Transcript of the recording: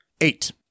Eight